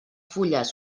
fulles